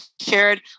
shared